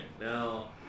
Now